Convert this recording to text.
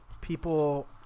people